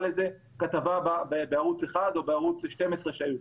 לאיזו כתבה בערוץ 1 או בערוץ 12 שהיו.